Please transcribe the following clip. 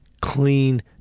clean